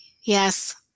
Yes